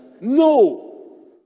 no